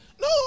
No